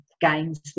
games